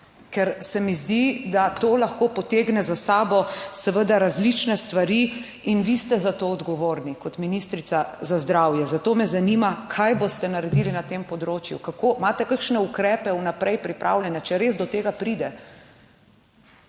Ker se mi zdi, da to lahko potegne za sabo različne stvari, in vi ste za to odgovorni kot ministrica za zdravje. Zato me zanima, kaj boste naredili na tem področju, imate kakšne ukrepe vnaprej pripravljene, če res do tega pride.